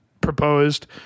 proposed